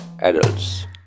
adults